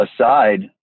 aside